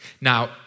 Now